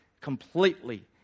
completely